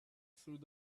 through